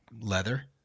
leather